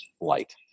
light